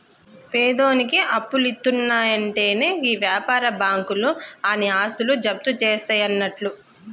పేదోనికి అప్పులిత్తున్నయంటెనే గీ వ్యాపార బాకుంలు ఆని ఆస్తులు జప్తుజేస్తయన్నట్లు